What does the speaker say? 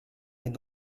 est